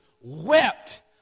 wept